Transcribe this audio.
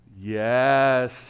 yes